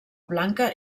blanca